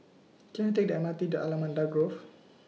Can I Take The M R T to Allamanda Grove